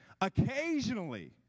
Occasionally